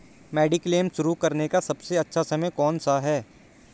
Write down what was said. Mediclaim शुरू करने का सबसे अच्छा समय कौनसा है?